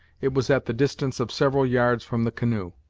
it was at the distance of several yards from the canoe,